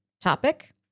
topic